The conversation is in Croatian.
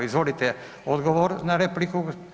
Izvolite, odgovor na repliku.